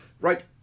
right